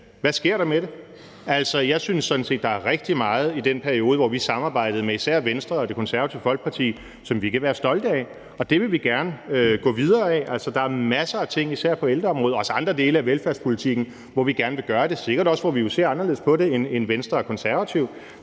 Hvad sker der med det? Jeg synes sådan set, at der er rigtig meget i den periode, hvor vi samarbejdede med især Venstre og Det Konservative Folkeparti, som vi kan være stolte af, og det vil vi gerne gå videre med. Der er masser af områder, især på ældreområdet og også andre dele af velfærdspolitikken, hvor vi gerne vil gøre det, og der er sikkert også områder, hvor vi vil se anderledes på det end Venstre og Konservative.